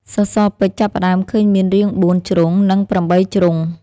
សសរពេជ្រចាប់ផ្ដើមឃើញមានរាង៤ ជ្រុង និង ៨ ជ្រុង។